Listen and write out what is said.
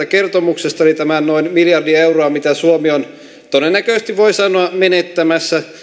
kertomuksesta eli tämän noin miljardi euroa minkä suomi on todennäköisesti voi sanoa menettämässä